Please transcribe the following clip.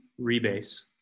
rebase